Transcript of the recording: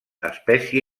espècie